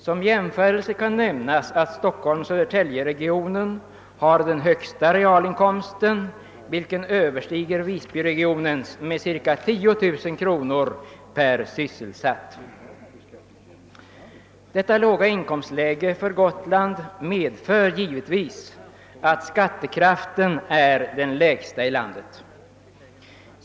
Som jämförelse kan nämnas att Stockholm—Södertälje-regionen har den högsta realinkomsten, och den överstiger Visbyregionens med ca 10000 kr. per sysselsatt. Det låga inkomstläget för Gotland medför att skattekraften är den lägsta i landet.